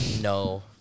No